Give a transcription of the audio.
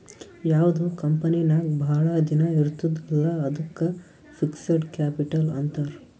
ಯಾವ್ದು ಕಂಪನಿ ನಾಗ್ ಭಾಳ ದಿನ ಇರ್ತುದ್ ಅಲ್ಲಾ ಅದ್ದುಕ್ ಫಿಕ್ಸಡ್ ಕ್ಯಾಪಿಟಲ್ ಅಂತಾರ್